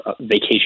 vacation